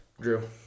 Drew